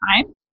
time